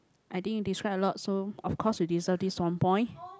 I think you describe a lot so of course you deserve this one point